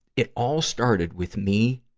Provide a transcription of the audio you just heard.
it all started with me,